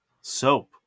Soap